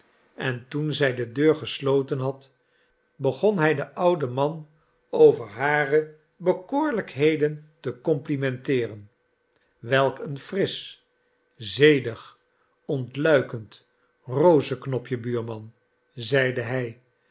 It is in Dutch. en toen zij de deur gesloten had begon hij den ouden man over hare bekoorlijkheden te complimenteeren welk een frisch zedig ontluikend rozeknopje buurman zeide hij